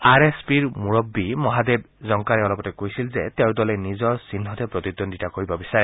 R S পিৰ মূৰববী মহাদেৱ জংকাৰে অলপতে কৈছিল যে তেওঁৰ দলে নিজৰ চিহ্নতে প্ৰতিদ্বন্দ্বিতা কৰিব বিচাৰে